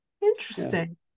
interesting